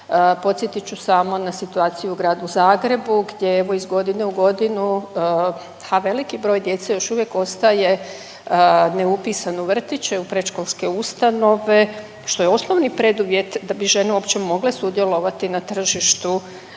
Podsjetit ću samo na situaciju u Gradu Zagrebu gdje evo iz godine u godinu ha veliki broj djece još uvijek ostaje neupisan u vrtiće u predškolske ustanove što je osnovni preduvjet da bi žene uopće mogle sudjelovati na tržištu